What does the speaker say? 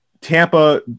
Tampa